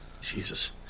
Jesus